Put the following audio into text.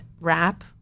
wrap